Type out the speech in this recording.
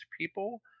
people